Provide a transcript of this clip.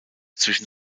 zwischen